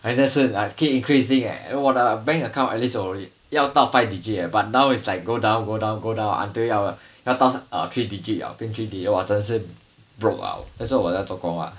人家讲 must keep increasing eh 我的 bank account actually its already 要到 five digit eh but now is like go down go down go down until 要要到 three digit 了变 three digit !wah! 真是 broke liao that's why 我在做工啊